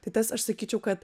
tai tas aš sakyčiau kad